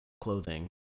clothing